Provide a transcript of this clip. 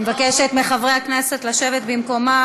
אני מבקשת מחברי הכנסת לשבת במקומם.